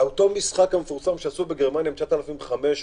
אותו משחק מפורסם שעשו בגרמניה עם 9,500